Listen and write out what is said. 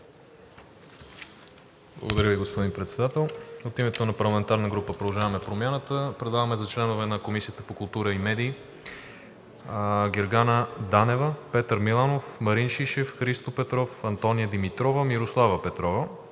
Благодаря Ви, господин Председател. От името на парламентарната група на „Продължаваме Промяната“ предлагаме за членове на Комисията по културата и медиите Гергана Данева, Петър Миланов, Марин Шишев, Христо Петров, Антония Димитрова, Мирослава Петрова.